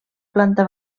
planta